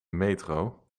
metro